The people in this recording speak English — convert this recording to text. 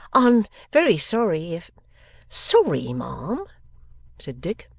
i'm very sorry if sorry, ma'am said dick,